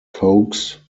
coax